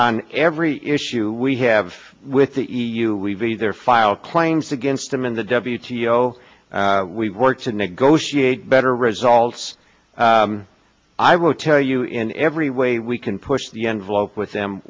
on every issue we have with the e u we've either file claims against them in the w t o we work to negotiate better results i will tell you in every way we can push the envelope with them